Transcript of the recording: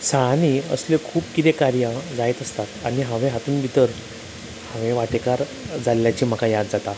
शाळांनी असल्यो खूब किदें कार्यां जायत आसतात आनी हांवें हातून भितर वांटेकार जाल्ल्याची म्हाका याद जाता